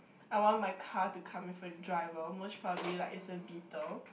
I want my car to come with a driver much probably like it's a beetle